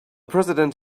president